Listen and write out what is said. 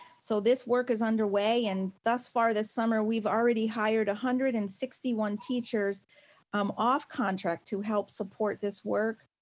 so this work is underway, and thus far this summer, we've already hired a hundred and sixty one teachers um off contract to help support this work.